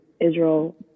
Israel